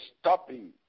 stopping